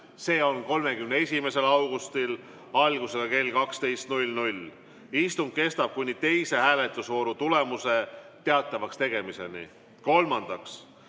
s.o 31. augustil algusega kell 12. Istung kestab kuni teise hääletusvooru tulemuse teatavakstegemiseni. Kolmandaks,